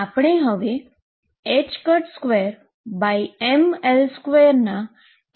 આપણે હવે 2mL2 ના એકમોમાં આપેલ છે